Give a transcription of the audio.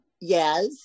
Yes